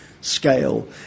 scale